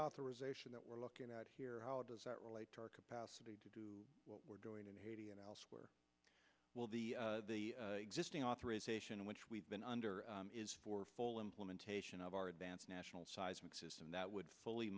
reauthorization that we're looking at here how does that relate to our capacity to do what we're doing in haiti and elsewhere will the existing authorization which we've been under is for full implementation of our advanced national seismic system that would fully